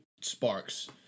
Sparks